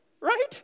right